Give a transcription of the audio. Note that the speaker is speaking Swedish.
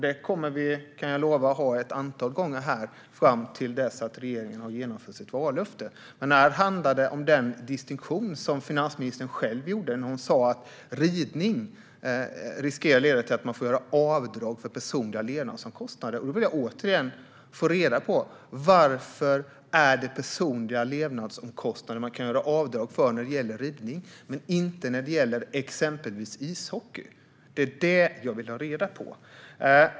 Det kommer vi, kan jag lova, att ha ett antal gånger här fram till dess att regeringen har genomfört sitt vallöfte. Men här handlar det om den distinktion som finansministern själv gjorde när hon sa att ridning riskerar att leda till att man får göra avdrag för personliga levnadsomkostnader. Då vill jag återigen fråga: Varför är det personliga levnadsomkostnader man kan göra avdrag för när det gäller ridning men inte när det gäller exempelvis ishockey? Det är det jag vill ha reda på.